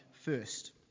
first